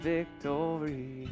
victory